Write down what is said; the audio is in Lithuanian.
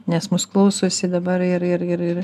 nes mūsų klausosi dabar ir ir ir